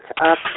up